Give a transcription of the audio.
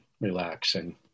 relaxing